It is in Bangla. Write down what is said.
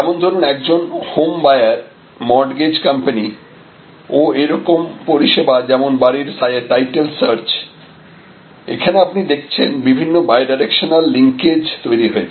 যেমন ধরুন একজন হোম বায়ার মর্টগেজ কোম্পানি ও এইরকম পরিষেবা যেমন বাড়ির টাইটেল সার্চ এখানে আপনি দেখছেন বিভিন্ন বাই ডিরেকশনাল লিংকেজ তৈরি হয়েছে